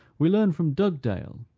we learn from dugdale,